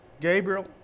Gabriel